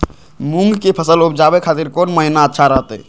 मूंग के फसल उवजावे खातिर कौन महीना अच्छा रहतय?